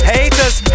Haters